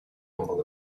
humble